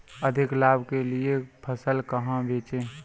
अधिक लाभ के लिए फसल कहाँ बेचें?